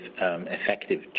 effective